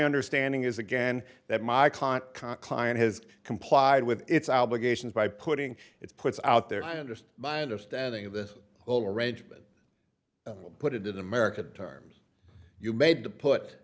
understanding is again that my client client has complied with its obligations by putting its puts out there just by understanding of this whole arrangement put it in american terms you made to put